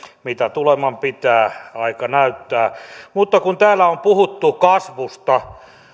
mitä tuleman pitää aika näyttää kun täällä on puhuttu kasvusta